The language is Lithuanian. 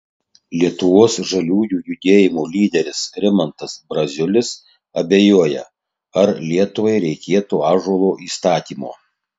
lietuvos žaliųjų judėjimo lyderis rimantas braziulis abejoja ar lietuvai reikėtų ąžuolo įstatymo